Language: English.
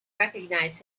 recognize